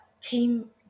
team